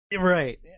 Right